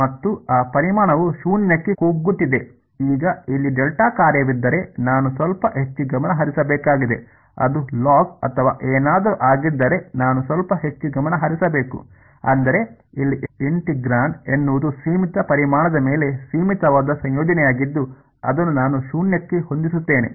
ಮತ್ತು ಆ ಪರಿಮಾಣವು ಶೂನ್ಯಕ್ಕೆ ಕುಗ್ಗುತ್ತಿದೆ ಈಗ ಇಲ್ಲಿ ಡೆಲ್ಟಾ ಕಾರ್ಯವಿದ್ದರೆ ನಾನು ಸ್ವಲ್ಪ ಹೆಚ್ಚು ಗಮನ ಹರಿಸಬೇಕಾಗಿದೆ ಅದು ಲಾಗ್ ಅಥವಾ ಏನಾದರೂ ಆಗಿದ್ದರೆ ನಾನು ಸ್ವಲ್ಪ ಹೆಚ್ಚು ಗಮನ ಹರಿಸಬೇಕು ಆದರೆ ಇಲ್ಲಿ ಇಂಟಿಗ್ರಾಂಡ್ ಎನ್ನುವುದು ಸೀಮಿತ ಪರಿಮಾಣದ ಮೇಲೆ ಸೀಮಿತವಾದ ಸಂಯೋಜನೆಯಾಗಿದ್ದು ಅದನ್ನು ನಾನು ಶೂನ್ಯಕ್ಕೆ ಹೊಂದಿಸುತ್ತೇನೆ